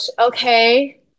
Okay